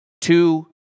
two